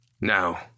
Now